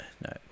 no